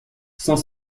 cent